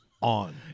on